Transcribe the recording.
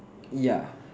ya